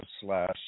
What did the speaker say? slash